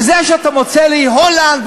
וזה שאתה מוצא לי את הולנד,